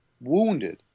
Wounded